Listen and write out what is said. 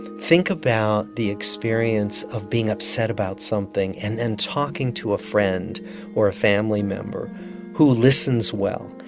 think about the experience of being upset about something and then talking to a friend or a family member who listens well,